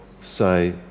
say